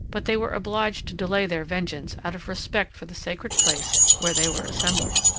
but they were obliged to delay their vengeance out of respect for the sacred place where they were assembled.